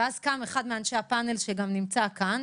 ואז קם אחד מאנשי הפאנל שגם נמצא כאן,